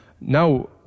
now